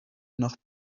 nach